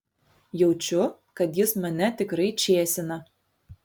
jaučiu kad jis mane tikrai čėsina